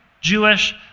Jewish